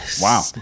Wow